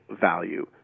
value